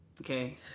okay